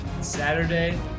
Saturday